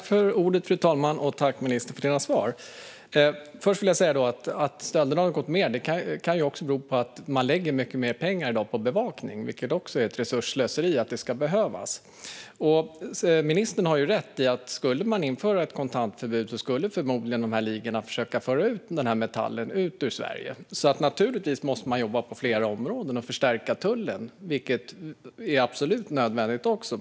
Fru talman! Jag tackar ministern för svaren. Att stölderna har gått ned kan bero på att man i dag lägger mycket mer pengar på bevakning, men det är ett resursslöseri. Ministern har rätt i att ett kontantförbud förmodligen skulle innebära att ligorna skulle försöka föra ut metallen ur Sverige. Naturligtvis måste man jobba på flera områden och förstärka tullen. Det är absolut nödvändigt.